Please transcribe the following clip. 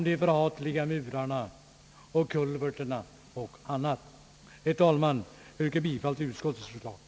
Herr talman! Jag yrkar bifall till utskottets förslag.